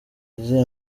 izihe